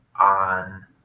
on